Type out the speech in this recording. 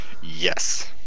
yes